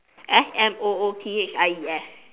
S M O O T H I E S